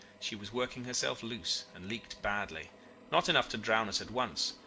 she was working herself loose, and leaked badly not enough to drown us at once,